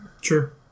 Sure